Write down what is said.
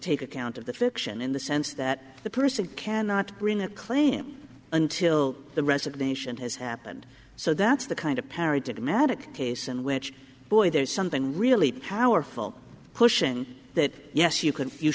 take account of the fiction in the sense that the person cannot bring a claim until the resignation has happened so that's the kind of parry did magic case in which boy there's something really powerful cushion that yes you c